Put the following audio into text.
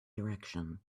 direction